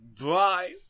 Bye